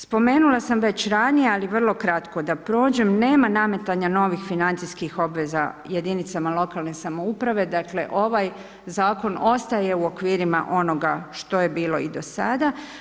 Spomenula sam već ranije, ali vrlo kratko da prođem, nema nametanja novih financijskih obveza jedinicama lokalne samouprave dakle ovaj zakon ostaje u okvirima onoga što je bilo i do sada.